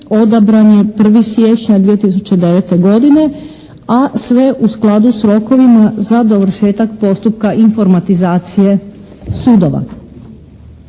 odabran je 1. siječnja 2009. godine a sve u skladu s rokovima za dovršetak postupka informatizacije sudova.